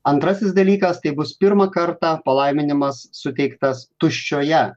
antrasis dalykas tai bus pirmą kartą palaiminimas suteiktas tuščioje